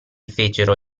fecero